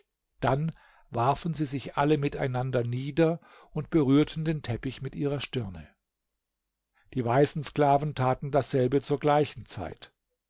dann warfen sie sich alle miteinander nieder und berührten den teppich mit ihrer stirne die weißen sklaven taten dasselbe zur gleichen zeit